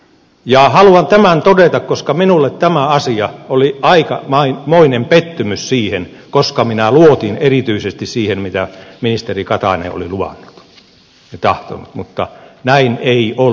ja haluan tämän todeta koska minulle tämä asia oli aikamoinen pettymys koska minä luotin erityisesti siihen mitä ministeri katainen oli luvannut ja tahtonut mutta näin ei ollut näköjään